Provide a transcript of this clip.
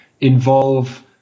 involve